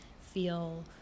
feel